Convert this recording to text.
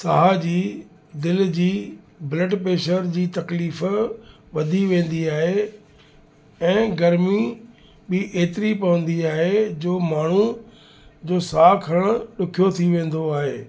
साह जी दिलि जी ब्लड प्रैशर जी तकलीफ़ वधी वेंदी आहे ऐं गर्मी बि एतिरी पवंदी आहे जो माण्हू जो साहु खणण ॾुखियो थी वेंदो आहे